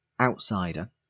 outsider